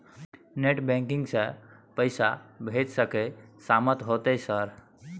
Net banking से पैसा भेज सके सामत होते सर?